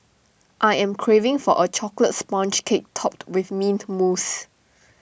I am craving for A Chocolate Sponge Cake Topped with Mint Mousse